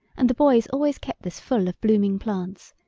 and the boys always kept this full of blooming plants,